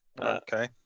Okay